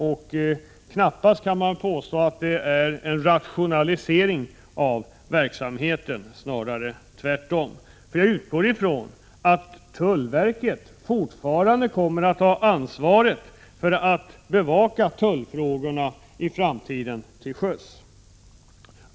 Man kan knappast påstå att det är en rationalisering av verksamheten, snarare tvärtom. Jag utgår nämligen från att tullverket i framtiden fortfarande kommer att ha ansvaret för att bevaka tullfrågorna till sjöss.